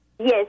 Yes